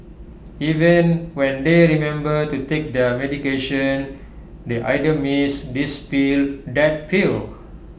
even when they remember to take their medication they either miss this pill that pill